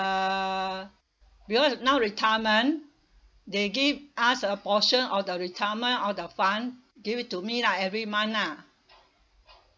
uh because now retirement they give us a portion of the retirement of the fund give it to me lah every month lah